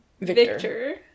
Victor